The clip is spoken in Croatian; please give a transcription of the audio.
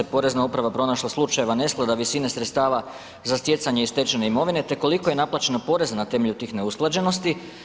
Porezna uprava pronašla slučajeva nesklada visine sredstava za stjecanje i stečene imovine te koliko je naplaćeno poreza na temelju tih neusklađenosti?